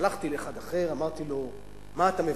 הלכתי לאחד אחר, אמרתי לו: מה אתה מבקש?